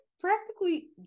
practically